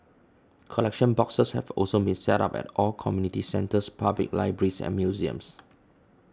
collection boxes have also been set up at all community centres public libraries and museums